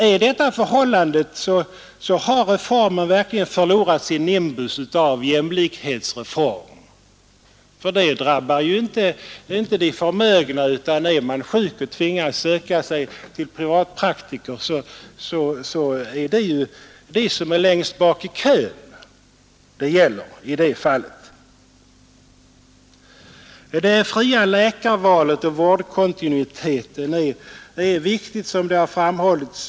Är det förhållandet, så har reformen verkligen förlorat sin nimbus av jämlikhetsreform, för det här drabbar ju inte särskilt de förmögna. De sjuka människor som tvingas söka sig till privatpraktiker är ju de som står längst bak i kön. Det fria läkarvalet och vårdkontinuiteten är viktiga saker, som tidigare framhållits.